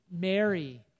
Mary